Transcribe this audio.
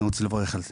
אני רוצה לברך על זה.